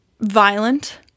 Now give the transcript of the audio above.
violent